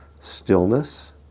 Stillness